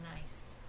nice